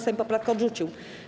Sejm poprawkę odrzucił.